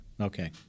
Okay